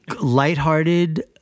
lighthearted